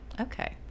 okay